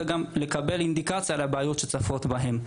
וגם לקבל אינדיקציה לבעיות שצפות בהם.